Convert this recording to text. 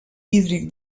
hídric